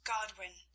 Godwin